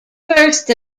first